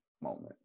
moment